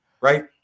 right